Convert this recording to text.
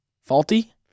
Faulty